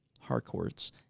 Harcourts